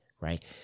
right